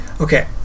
Okay